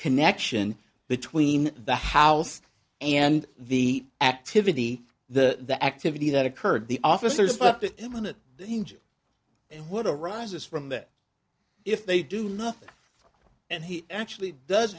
connection between the house and the activity the activity that occurred the officer spoke to imminent danger and what arises from that if they do nothing and he actually does